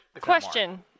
Question